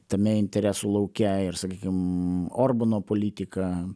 tame interesų lauke ir sakykim orbano politika